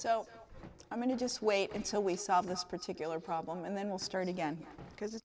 so i'm going to just wait until we solve this particular problem and then we'll start again because it